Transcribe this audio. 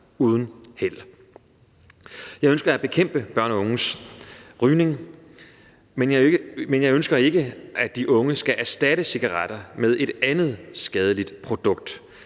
uden held. Jeg ønsker at bekæmpe børn og unges rygning, men jeg ønsker ikke, at de unge skal erstatte cigaretter med et andet skadeligt produkt.